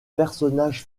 personnage